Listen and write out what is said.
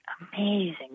amazing